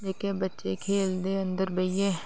जेहके बच्चे खेलदे अंदर बेहियै